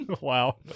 wow